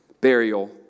burial